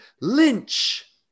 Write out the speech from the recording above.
lynch